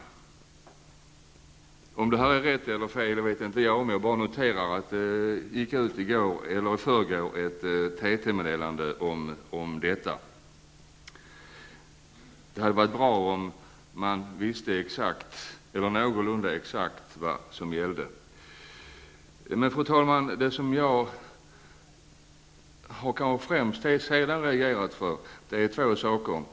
Jag vet inte om det är rätt eller fel uppfattat, men jag bara noterar att det i förrgår gick ut ett TT-meddelande om detta. Det vore bra om man någorlunda exakt visste vad som gällde. Fru talman! Det är två saker som jag främst reagerat över.